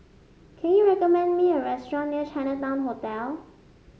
can you recommend me a restaurant near Chinatown Hotel